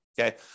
Okay